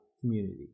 community